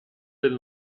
del